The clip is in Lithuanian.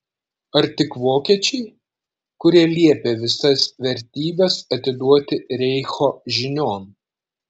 ar tik vokiečiai kurie liepė visas vertybes atiduoti reicho žinion